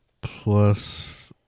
plus